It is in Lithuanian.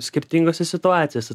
skirtingose situacijose